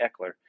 Eckler